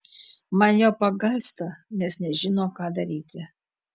man jo pagailsta nes nežino ką daryti